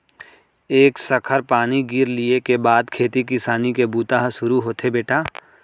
एक सखर पानी गिर लिये के बाद खेती किसानी के बूता ह सुरू होथे बेटा